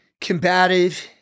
combative